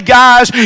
guys